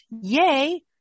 yay